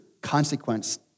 consequence